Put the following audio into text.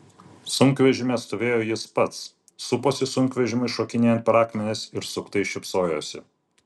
sunkvežimyje stovėjo jis pats suposi sunkvežimiui šokinėjant per akmenis ir suktai šypsojosi